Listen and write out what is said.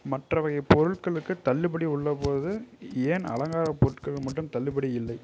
மற்ற வகைப் பொருட்களுக்குத் தள்ளுபடி உள்ளபோது ஏன் அலங்கார பொருட்கள் மட்டும் தள்ளுபடி இல்லை